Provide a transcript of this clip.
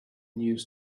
news